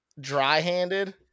dry-handed